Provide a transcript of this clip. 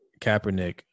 Kaepernick